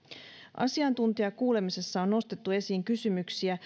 asiantuntijakuulemisessa on nostettu esiin kysymyksiä